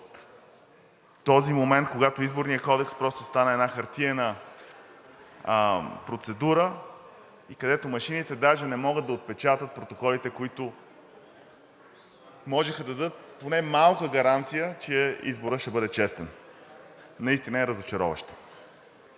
от този момент, когато Изборният кодекс просто стана една хартиена процедура и където машините даже не могат да отпечатат протоколите, които можеха да дадат поне малко гаранция, че изборът ще бъде честен. Наистина е разочароващо.